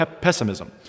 pessimism